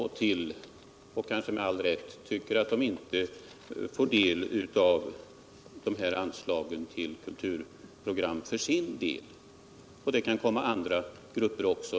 Man kan tänka sig krav från exempelvis Jag anförde också en synpunkt på frågan om integration.